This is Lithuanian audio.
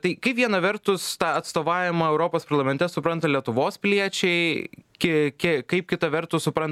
tai kaip viena vertus tą atstovavimą europos parlamente supranta lietuvos piliečiai kaip kita vertus supranta patys